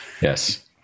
yes